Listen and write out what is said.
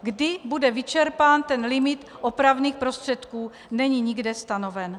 Kdy bude vyčerpán limit opravných prostředků, není nikde stanoveno.